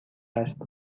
است